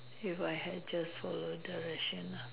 if I had just followed directions